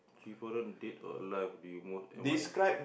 chaperone dead or alive do you most admire